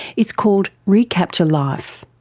it's called recapture life.